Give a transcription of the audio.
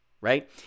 right